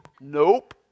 Nope